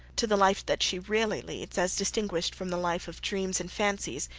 to the life that she really leads as distinguished from the life of dreams and fancies,